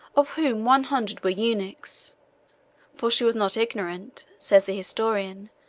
of whom one hundred were eunuchs for she was not ignorant, says the historian,